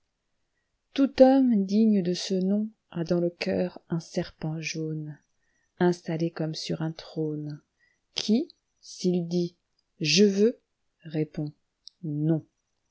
tout homme digne de ce nom a dans le cœur un serpent jaune installé comme sur un trône qui s'il dit je veux répond noni